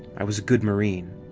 i was a good marine.